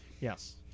Yes